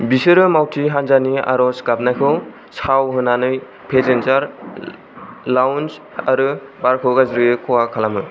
बिसोरो मावथि हानजानि आरज गाबनायखौ साव होनानै पेसेन्जार लाउन्ज आरो बारखौ गाज्रियै खहा खालामो